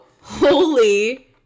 holy